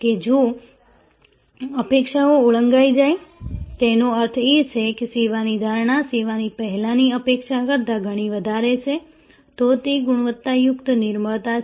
કે જો અપેક્ષાઓ ઓળંગાઈ જાય તેનો અર્થ એ કે સેવાની ધારણા સેવા પહેલાંની અપેક્ષા કરતાં ઘણી વધારે છે તો તે ગુણવત્તાયુક્ત નિર્મળતા છે